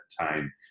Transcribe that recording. time